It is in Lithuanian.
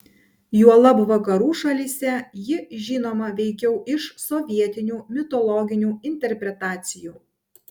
juolab vakarų šalyse ji žinoma veikiau iš sovietinių mitologinių interpretacijų